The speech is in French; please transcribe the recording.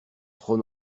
trop